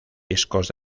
discos